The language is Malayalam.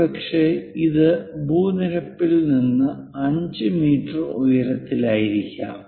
ഒരുപക്ഷേ ഇത് ഭൂനിരപ്പിൽ നിന്ന് 5 മീറ്റർ ഉയരത്തിലായിരിക്കാം